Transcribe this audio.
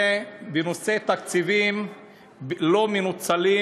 זה בנושא תקציבים לא-מנוצלים